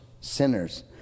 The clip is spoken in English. sinners